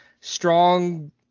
strong